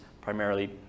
primarily